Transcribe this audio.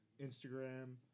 Instagram